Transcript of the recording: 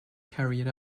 carried